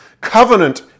Covenant